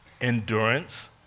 endurance